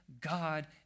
God